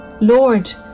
Lord